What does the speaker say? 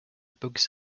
bugs